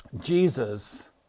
Jesus